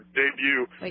debut